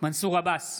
מנסור עבאס,